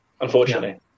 unfortunately